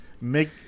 make